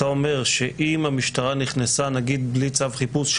אתה אומר שאם המשטרה נכנסה נגיד בלי צו חיפוש,